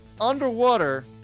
underwater